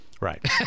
right